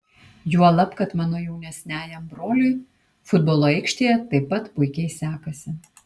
juolab kad mano jaunesniajam broliui futbolo aikštėje taip pat puikiai sekasi